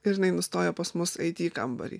ir jinai nustojo pas mus eiti į kambarį